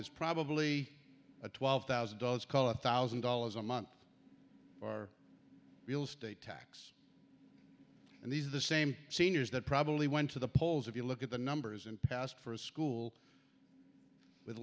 is probably a twelve thousand dollars call a thousand dollars a month or real estate tax and these are the same seniors that probably went to the polls if you look at the numbers in past for a school with